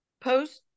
post